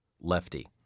Lefty